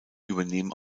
übernehmen